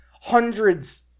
hundreds